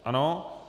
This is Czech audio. Ano.